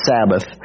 Sabbath